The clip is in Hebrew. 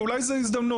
ואולי זה הזדמנות,